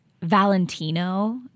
Valentino